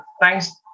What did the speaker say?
thanks